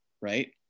right